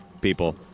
people